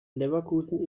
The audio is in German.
leverkusen